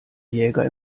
jäger